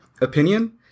opinion